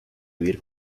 vivir